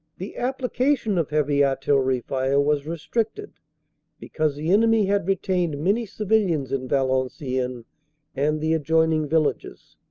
the application of heavy artillery fire was restricted because the enemy had retained many civilians in valenciennes and the adjoining villages.